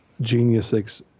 genius